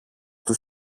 του